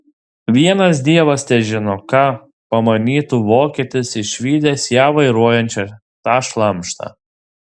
vienas dievas težino ką pamanytų vokietis išvydęs ją vairuojančią tą šlamštą